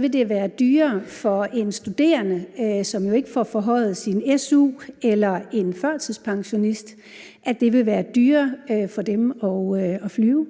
vil det være dyrere for en studerende, som jo ikke får forhøjet sin su, eller for en førtidspensionist at flyve? Kl. 12:27 Anden